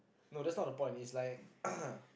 no that's not the point it's like